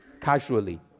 casually